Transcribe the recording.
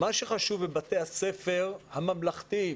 מה שחשוב בבתי הספר הממלכתיים